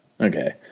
okay